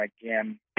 again